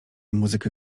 muzykę